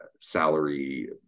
salary